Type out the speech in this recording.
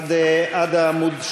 בעד,